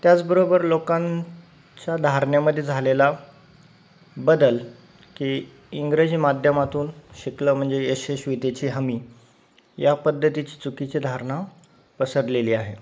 त्याचबरोबर लोकांच्या धारणेमध्ये झालेला बदल की इंग्रजी माध्यमातून शिकलं म्हणजे यशेस्वितेची हमी या पद्धतीची चुकीची धारणा पसरलेली आहे